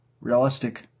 realistic